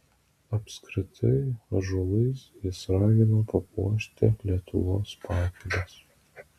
apskritai ąžuolais jis ragina papuošti lietuvos pakeles